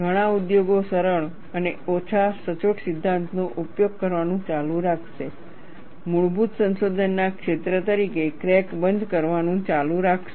ઘણા ઉદ્યોગો સરળ અને ઓછા સચોટ સિદ્ધાંતોનો ઉપયોગ કરવાનું ચાલુ રાખશે મૂળભૂત સંશોધનના ક્ષેત્ર તરીકે ક્રેક બંધ કરવાનું ચાલુ રાખશે